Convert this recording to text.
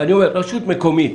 אני אומר, רשות מקומית